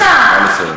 אפשר לסיים.